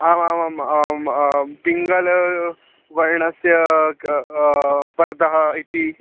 आमहमम् आम् आं पिङ्गल वर्णस्य क पर्दः इति